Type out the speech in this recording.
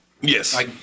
Yes